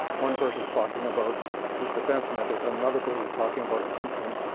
one person's talking about this defense mechanism, another person's talking about a symptom.